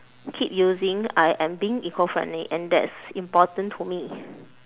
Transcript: keep using I am being eco-friendly and that's important to me